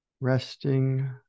resting